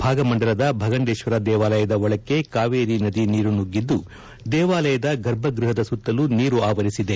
ಭಾಗಮಂಡಲದ ಭಗಂಡೇಶ್ವರ ದೇವಾಲಯದ ಒಳಕ್ಕೆ ಕಾವೇರಿ ನದಿ ನೀರು ಸುಗ್ಗಿದ್ದು ದೇವಾಲಯದ ಗರ್ಭಗ್ಟಪದ ಸುತ್ತಲೂ ನೀರು ಆವರಿಸಿದೆ